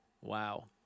Wow